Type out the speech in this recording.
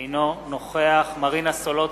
אינו נוכח מרינה סולודקין,